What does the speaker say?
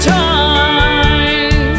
time